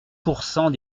pourcent